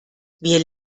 wir